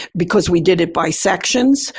because we did it by sections,